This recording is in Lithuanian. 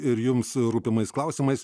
ir jums rūpimais klausimais